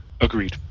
Agreed